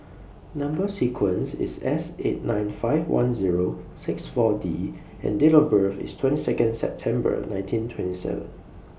Number sequence IS S eight nine five one Zero six four D and Date of birth IS twenty Second September nineteen twenty seven